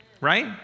Right